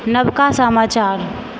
नबका समाचार